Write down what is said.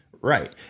Right